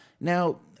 Now